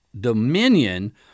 dominion